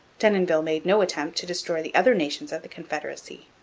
denonville made no attempt to destroy the other nations of the confederacy.